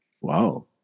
Wow